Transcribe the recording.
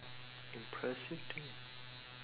impressive thing ah